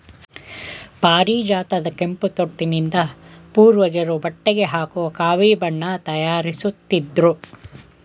ಪಾರಿಜಾತದ ಕೆಂಪು ತೊಟ್ಟಿನಿಂದ ಪೂರ್ವಜರು ಬಟ್ಟೆಗೆ ಹಾಕುವ ಕಾವಿ ಬಣ್ಣ ತಯಾರಿಸುತ್ತಿದ್ರು